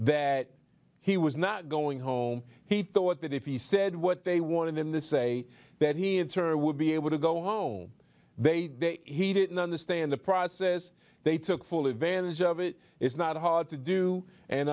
that he was not going home he thought that if he said what they wanted in the say that he and her would be able to go home they day he didn't understand the process they took full advantage of it it's not hard to do